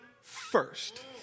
first